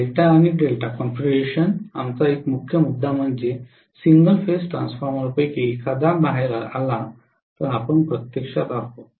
delta आणि delta configuration आमचा एक मुख्य फायदा म्हणजे सिंगल फेज ट्रान्सफॉर्मर्सपैकी एखादा बाहेर आला तर आपण प्रत्यक्षात आहोत